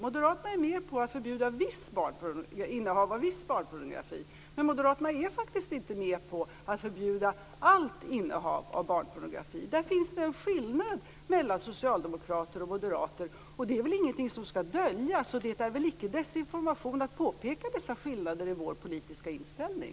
Moderaterna är med på att förbjuda innehav av viss barnpornografi, men Moderaterna är faktiskt inte med på att förbjuda allt innehav av barnpornografi. Där finns det en skillnad mellan socialdemokrater och moderater. Det är väl ingenting som skall döljas. Det är väl inte desinformation att påpeka dessa skillnader i vår politiska inställning?